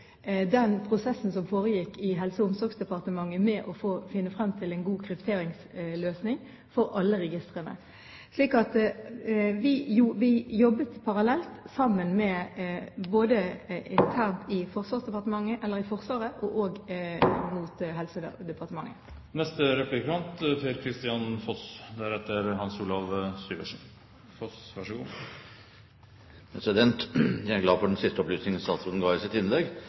den prosessen som foregikk i Helse- og omsorgsdepartementet med å finne frem til en god krypteringsløsning for alle registrene. Vi jobbet parallelt sammen både internt i Forsvaret og mot Helsedepartementet. Jeg er glad for den siste opplysningen statsråden ga i sitt innlegg.